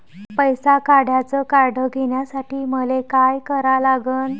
पैसा काढ्याचं कार्ड घेण्यासाठी मले काय करा लागन?